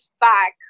back